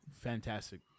Fantastic